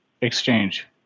exchange